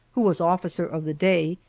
who was officer of the day,